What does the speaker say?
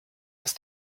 des